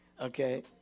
Okay